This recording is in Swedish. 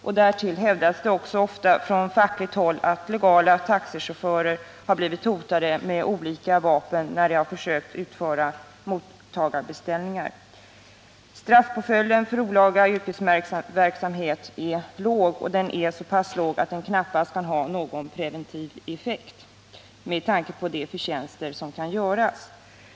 Och därtill hävdas det också ofta från fackligt håll att legala taxichaufförer blivit hotade med olika vapen när de försökt utföra mottagarbeställningar. Straffpåföljden för olaga yrkesverksamhet är låg — så pass låg att den knappast kan ha någon preventiv effekt med tanke på de förtjänster som kan göras.